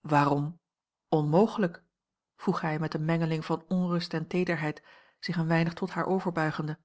waarom onmogelijk vroeg hij met eene mengeling van onrust en teederheid zich een weinig tot haar overbuigende